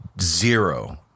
zero